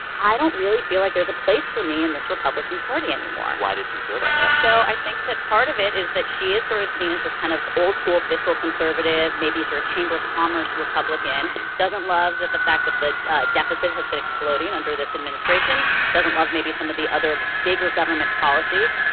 i don't really feel like there's a place for me in this republican party anymore why does she feel that way? so i think that part of it is that she is sort of seen as this kind of old-school fiscal conservative, maybe sort of chamber of commerce republican doesn't love the fact that the deficit has been exploding and under this administration, doesn't love maybe some of the other bigger government policies.